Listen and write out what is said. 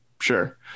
Sure